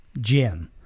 Jim